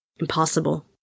Impossible